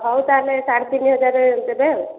ହଉ ତାହେଲେ ସାଢ଼େ ତିନି ହଜାର ଦେବେ ଆଉ